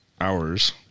hours